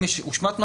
אם הושמט משהו,